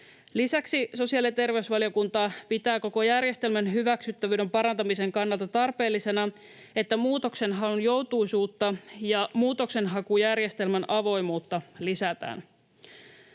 Lisäksi sosiaali- ja terveysvaliokunta pitää koko järjestelmän hyväksyttävyyden parantamisen kannalta tarpeellisena, että muutoksenhaun joutuisuutta ja muutoksenhakujärjestelmän avoimuutta lisätään.